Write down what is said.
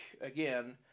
again